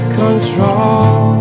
control